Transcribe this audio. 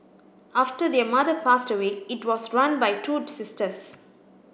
after their mother passed away it was run by two sisters